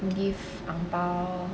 give angbao